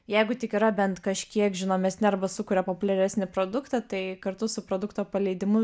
jeigu tik yra bent kažkiek žinomesni arba sukuria populiaresnį produktą tai kartu su produkto paleidimu